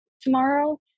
tomorrow